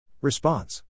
Response